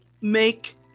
make